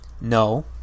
No